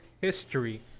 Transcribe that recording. history